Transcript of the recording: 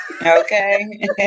Okay